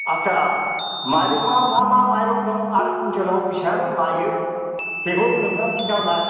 आस्सा माइरंआ मा मा माइरं दं आरो खुइनथेलाव बेसेबां लायो बेखौ नोंथांआ खिन्थाहरलाय